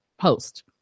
post